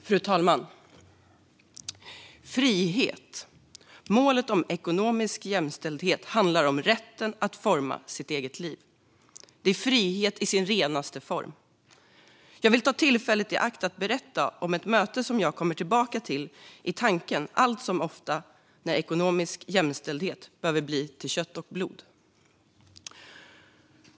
Fru talman! Frihet! Målet om ekonomisk jämställdhet handlar om rätten att forma sitt eget liv. Det är frihet i sin renaste form. Jag vill ta tillfället i akt att berätta om ett möte som jag kommer tillbaka till i tanken allt som oftast när ekonomisk jämställdhet behöver bli till kött och blod.